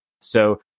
So-